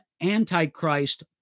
Antichrist